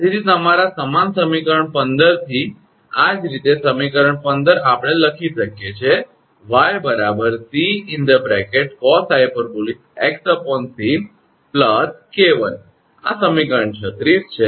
તેથી તમારા સમાન સમીકરણ 15 થી આ જ રીતે સમીકરણ 15 આપણે લખી શકીએ છીએ 𝑦 𝑐cosh𝑥𝑐 𝐾1 આ સમીકરણ 36 છે